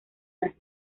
las